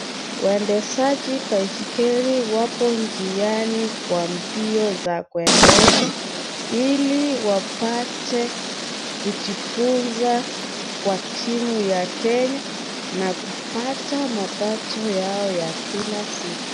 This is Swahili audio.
Waendeshaji baiskeli wapo njiani kwa mbio za kuendesha, ili wapate kujifunza kwa timu ya Kenya, na kupata mapato yao ya kila siku.